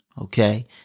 Okay